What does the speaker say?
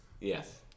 Yes